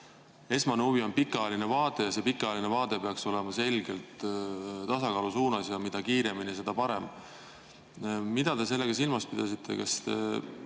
esmane huvi on pikaajaline vaade ja see pikaajaline vaade peaks olema selgelt tasakaalu suunas ja mida kiiremini, seda parem. Mida te sellega silmas pidasite?